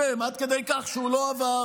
קידמתם עד כדי כך שהוא לא עבר.